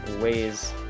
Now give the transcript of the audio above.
ways